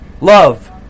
love